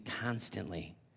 constantly